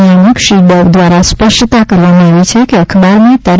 નિયામક શ્રી દ્વારા સ્પષ્ટતા કરવામાં આવી છે કે અખબારમાં તા